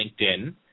LinkedIn